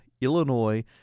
Illinois